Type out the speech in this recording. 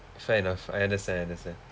fair enough I understand I understand